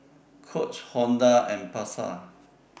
Coach Honda and Pasar